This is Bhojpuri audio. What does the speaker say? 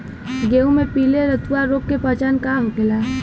गेहूँ में पिले रतुआ रोग के पहचान का होखेला?